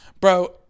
Bro